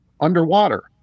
underwater